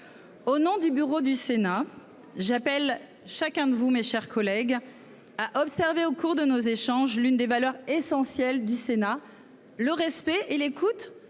Au nom du bureau du Sénat. J'appelle chacun de vous, mes chers collègues. A observé au cours de nos échanges, l'une des valeurs essentielles du Sénat le respect et l'écoute